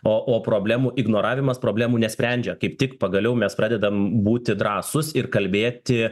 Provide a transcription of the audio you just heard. o o problemų ignoravimas problemų nesprendžia kaip tik pagaliau mes pradedam būti drąsūs ir kalbėti